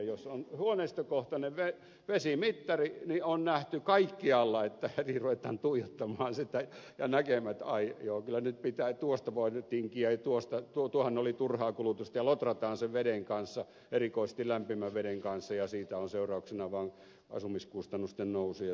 jos on huoneistokohtainen vesimittari niin on nähty kaikkialla että heti ruvetaan tuijottamaan sitä ja näkemään että ai joo kyllä nyt pitää tuosta voida tinkiä ja tuohan oli turhaa kulutusta ja lotrataan sen veden kanssa erikoisesti lämpimän veden kanssa ja siitä on seurauksena vaan asumiskustannusten nousu ja siinä kaikki